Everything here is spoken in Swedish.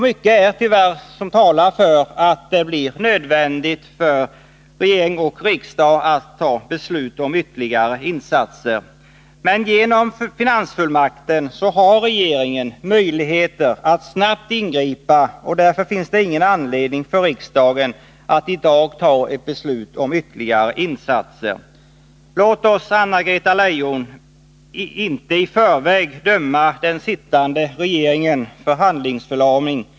Tyvärr är det mycket som talar för att det blir nödvändigt för regering och riksdag att vidta ytterligare åtgärder, men genom finansfullmakten har regeringen möjligheter att snabbt ingripa, och därför finns det ingen anledning för riksdagen att i dag ta ett beslut om ytterligare insatser. Låt oss, Anna-Greta Leijon, inte i förväg döma den sittande regeringen för handlingsförlamning!